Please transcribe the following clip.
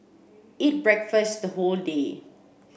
eat breakfast the whole day